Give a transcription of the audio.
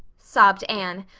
sobbed anne.